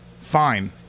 Fine